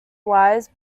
wise